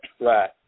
Right